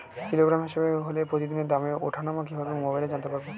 Kilogram হিসাবে হলে প্রতিদিনের দামের ওঠানামা কিভাবে মোবাইলে জানতে পারবো?